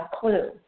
clue